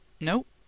nope